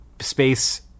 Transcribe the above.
space